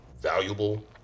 valuable